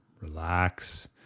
relax